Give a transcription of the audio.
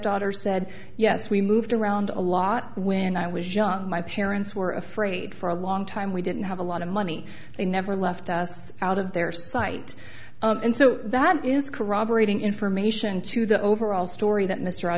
stepdaughter said yes we moved around a lot when i was young my parents were afraid for a long time we didn't have a lot of money they never left us out of their sight and so that is corroborating information to the overall story that mr i